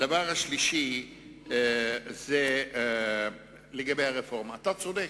הדבר השלישי הוא לגבי הרפורמה, אתה צודק,